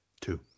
Two